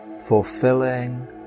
fulfilling